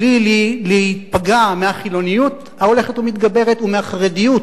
בלי להיפגע מהחילוניות ההולכת ומתגברת ומהחרדיות,